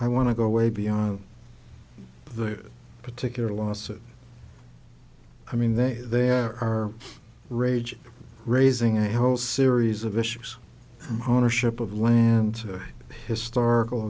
i want to go way beyond the particular lawsuit i mean they they are raging raising a whole series of issues on a ship of land historical